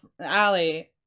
Allie